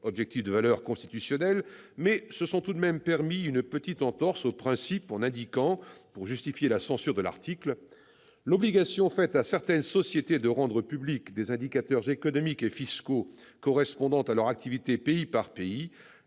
objectif de valeur constitutionnelle, mais ils se sont tout de même permis une petite entorse au principe en indiquant, pour justifier la censure de l'article, que « l'obligation faite à certaines sociétés de rendre publics des indicateurs économiques et fiscaux correspondant à leur activité pays par pays